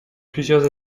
plusieurs